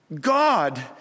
God